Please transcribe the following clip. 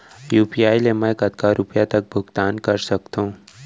UPI ले मैं कतका रुपिया तक भुगतान कर सकथों